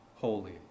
Holy